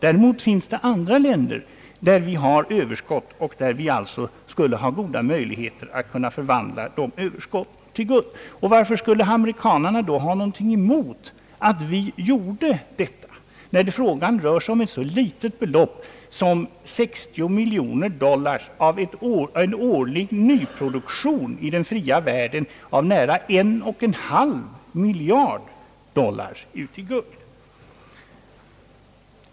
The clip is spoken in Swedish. Däremot har vi överskott i handeln med en del andra länder, där vi alltså skulle ha goda möjligheter att förvandla överskottet till guld. Varför skulle amerikanerna ha något emot att vi gjorde så, när frågan rör sig om ett så litet belopp som 60 miljoner dollar av en årlig nyproduktion i den fria världen av nära 1,5 miljard dollar i guld?